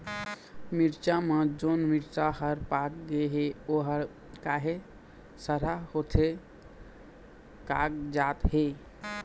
मिरचा म जोन मिरचा हर पाक गे हे ओहर काहे सरहा होथे कागजात हे?